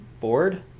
board